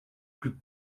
plus